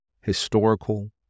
Historical